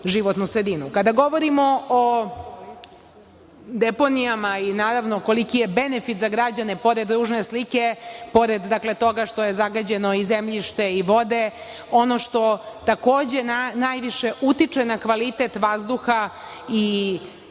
govorimo o deponijama, i naravno, koliki je benefit za građane, pored ružne slike, pored toga što je zagađeno i zemljište i vode, ono što takođe, najviše utiče na kvalitet vazduha i aero